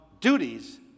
duties